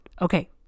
Okay